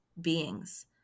beings